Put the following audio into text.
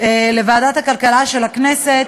לוועדת הכלכלה של הכנסת,